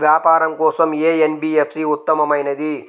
వ్యాపారం కోసం ఏ ఎన్.బీ.ఎఫ్.సి ఉత్తమమైనది?